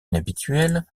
inhabituelle